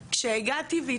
שזה ברשת,